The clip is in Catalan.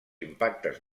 impactes